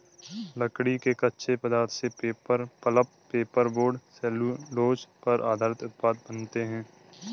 लकड़ी के कच्चे पदार्थ से paper, pulp, paper board, cellulose पर आधारित उत्पाद बनाते हैं